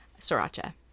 sriracha